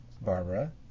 Barbara